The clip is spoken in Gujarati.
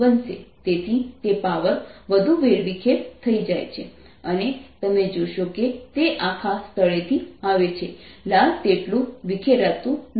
તેથી તે પાવર વધુ વેરવિખેર થઈ જાય છે અને તમે જોશો કે તે આખા સ્થળેથી આવે છે લાલ તેટલું વિખેરાતું નથી